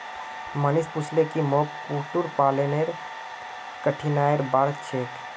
मनीष पूछले की मोक कुक्कुट पालनेर कठिनाइर बार छेक